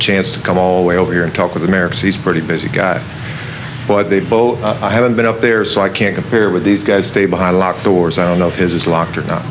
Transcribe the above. chance to come all the way over here and talk with americans he's pretty busy guy but they both i haven't been up there so i can't compare with these guys stay behind locked doors i don't know if it is locked or